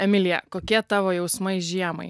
emilija kokie tavo jausmai žiemai